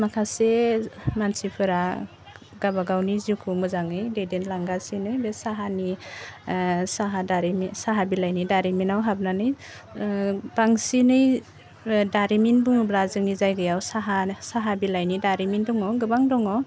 माखासे मानसिफोरा गाबा गावनि जिउखौ मोजाङै दैदेलांगासिनो बे साहानि ओह साहा दारिमि साहा बिलाइनि दारिमिनाव हाबनानै ओह बांसिनै ओह दारिमिन बुङोब्ला जोंनि जायगायाव साहा साहा बिलाइनि दारिमिन दङ गोबां दङ